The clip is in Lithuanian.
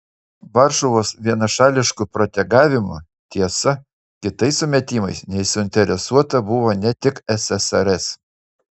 varšuvos vienašališku protegavimu tiesa kitais sumetimais nesuinteresuota buvo ne tik ssrs